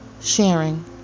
sharing